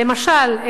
למשל,